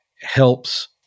helps